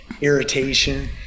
irritation